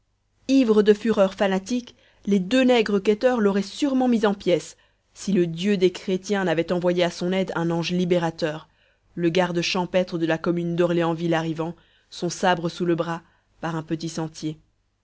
ivres de fureur fanatique les deux nègres quêteurs l'auraient sûrement mis en pièces si le dieu des chrétiens n'avait envoyé à son aide un ange libérateur le garde champêtre de la commune d'orléansville arrivant son sabre sous le bras par un petit sentier